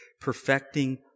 perfecting